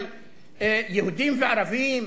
אבל יהודים וערבים,